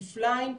כפליים,